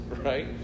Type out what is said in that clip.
Right